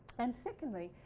and secondly,